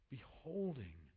Beholding